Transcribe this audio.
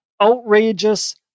outrageous